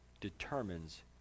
determines